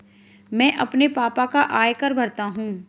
मैं अपने पापा का आयकर भरता हूं